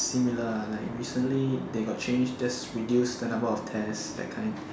similar ah like recently they got change just reduce the number of test that kind